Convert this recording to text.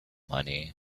money